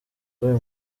y’uyu